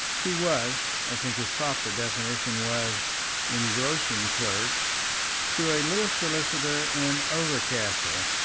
he was i think his proper definition was engrossing clerk to a little solicitor in overcastle,